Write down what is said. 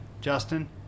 justin